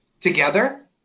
together